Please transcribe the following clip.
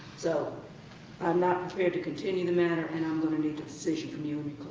so i'm not prepared to continue the matter, and i'm going to need a decision from you